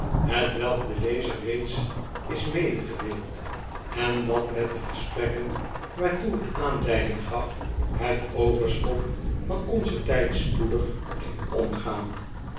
hetwelk den lezer reeds is medegedeeld en dat met de gesprekken waartoe het aanleiding gaf het overschot van onzen tyd spoedig deed omgaan